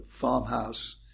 farmhouse